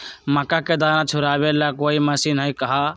मक्का के दाना छुराबे ला कोई मशीन हई का?